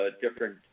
different